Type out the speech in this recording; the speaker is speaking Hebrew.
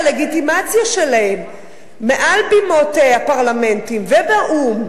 בלגיטימציה שלהם מעל בימות הפרלמנטים ובאו"ם,